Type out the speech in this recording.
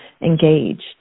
engaged